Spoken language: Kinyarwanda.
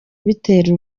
biteza